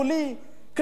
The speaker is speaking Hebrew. כלי תעמולה